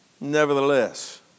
Nevertheless